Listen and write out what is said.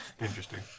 Interesting